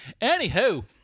Anywho